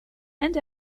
and